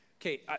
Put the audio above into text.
Okay